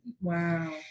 Wow